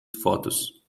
fotos